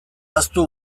ahaztu